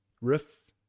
riff